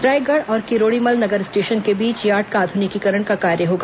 रायगढ़ और किरोड़ीमल नगर स्टेशन के बीच यार्ड का आध्रनिकीकरण का कार्य होगा